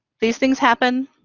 these things happen.